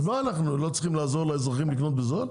מה, אנחנו לא צריכים לעזור לאזרחים לקנות בזול?